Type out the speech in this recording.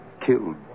killed